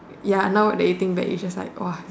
ya now that you think back it's just like !wah!